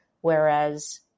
Whereas